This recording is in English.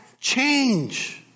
change